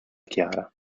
chiara